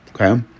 Okay